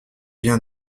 vient